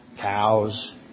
cows